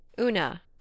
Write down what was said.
Una